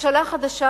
ממשלה חדשה